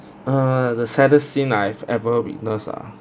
err the saddest seen I've ever witness ah